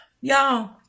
Y'all